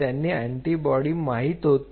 त्यांना ती अँटीबॉडी माहीत होती